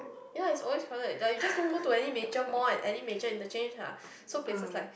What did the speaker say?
ya it's always crowded like you just don't go to any major mall and any major interchange lah so places like